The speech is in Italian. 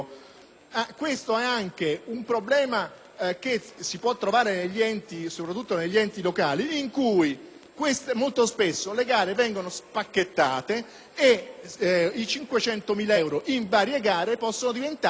Questo è un problema che si può riscontrare soprattutto negli enti locali, dove molto spesso le gare vengono «spacchettate» e i 500.000 euro, in varie gare, possono diventare